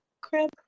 crib